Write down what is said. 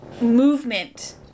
movement